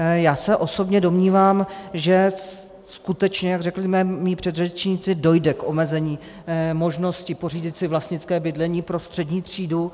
Já se osobně domnívám, že skutečně, jak řekli mí předřečníci, dojde k omezení možnosti pořídit si vlastnické bydlení pro střední třídu.